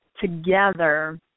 together